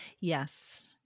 Yes